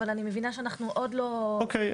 אבל אני מבינה שאנחנו עוד לא עוסקים בזה.